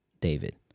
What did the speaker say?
david